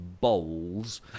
bowls